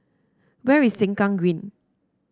where is Sengkang Green